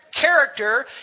character